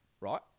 Right